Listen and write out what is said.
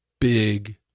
big